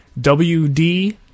WD